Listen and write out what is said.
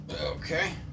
Okay